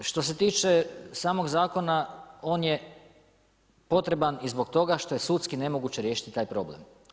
Što se tiče samog zakona on je potreban i zbog toga što je sudski nemoguće riješiti taj problem.